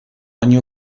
año